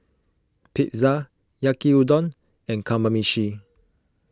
Pizza Yaki Udon and Kamameshi